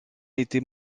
été